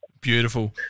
Beautiful